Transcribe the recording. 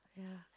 yeah